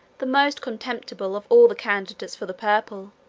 the most contemptible of all the candidates for the purple,